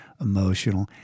emotional